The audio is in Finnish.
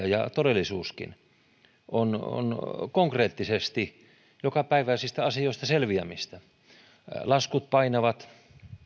ja todellisuuskin ovat konkreettisesti jokapäiväisistä asioista selviämistä laskut painavat